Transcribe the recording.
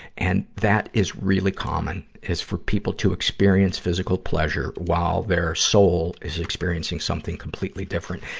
and that is really common, is for people to experience physical pleasure, while their soul is experiencing something completely different.